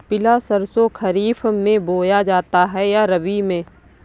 पिला सरसो खरीफ में बोया जाता है या रबी में?